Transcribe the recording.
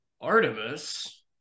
Artemis